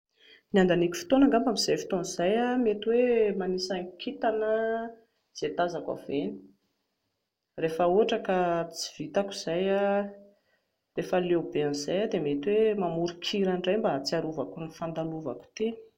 Ny handaniako fotoana angamba amin'izay fotoana izay mety hoe manisa ny kintana izay tazako avy eny, rehefa ohatra ka tsy vitako izay, rehefa leo be an'izay aho dia mety hoe mamoron-kira indray mba hahatsiarovako ny fandalovako teny